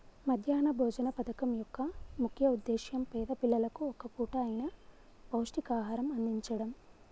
మధ్యాహ్న భోజన పథకం యొక్క ముఖ్య ఉద్దేశ్యం పేద పిల్లలకు ఒక్క పూట అయిన పౌష్టికాహారం అందిచడం